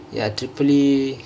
ya triple E